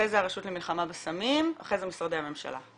אחרי זה הרשות למלחמה בסמים ואחרי זה משרדי הממשלה.